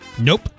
Nope